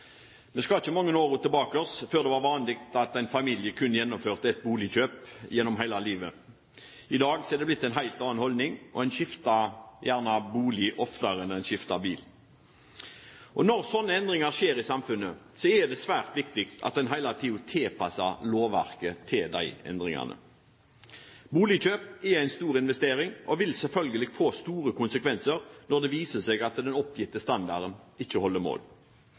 Vi skal ikke mange årene tilbake før det var vanlig at en familie kun gjennomførte ett boligkjøp gjennom hele livet. I dag er det blitt en helt annen holdning, og en skifter gjerne bolig oftere enn en skifter bil. Når slike endringer skjer i samfunnet, er det svært viktig at en hele tiden tilpasser lovverket til de endringene. Boligkjøp er en stor investering, og det vil selvfølgelig få store konsekvenser hvis det viser seg at den oppgitte standarden ikke holder mål.